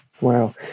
Wow